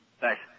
Thanks